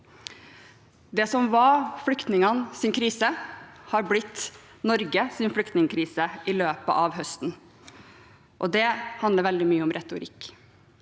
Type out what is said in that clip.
Det som var flyktningenes krise, har blitt Norges flyktningkrise i løpet av høsten, og det handler veldig mye om retorikk.